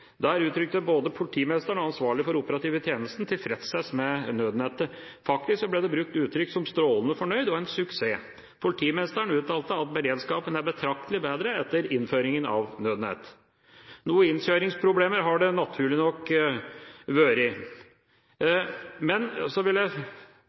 Der uttrykte både politimesteren og den ansvarlige for operativ tjeneste tilfredshet med nødnettet. Faktisk ble det brukt uttrykk som «strålende fornøyd» og «en suksess». Politimesteren uttalte at beredskapen er betraktelig bedre etter innføringen av Nødnett. Noen innkjøringsproblemer har det naturlig nok vært.